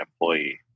employee